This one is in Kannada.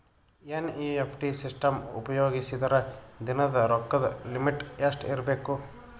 ಎನ್.ಇ.ಎಫ್.ಟಿ ಸಿಸ್ಟಮ್ ಉಪಯೋಗಿಸಿದರ ದಿನದ ರೊಕ್ಕದ ಲಿಮಿಟ್ ಎಷ್ಟ ಇರಬೇಕು?